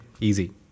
Easy